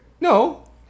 No